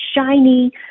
shiny